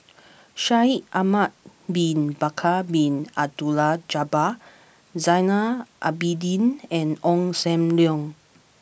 Shaikh Ahmad Bin Bakar Bin Abdullah Jabbar Zainal Abidin and Ong Sam Leong